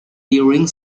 during